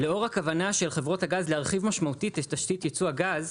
לאור הכוונה של חברות הגז להרחיב משמעותית את תשתית יצוא הגז,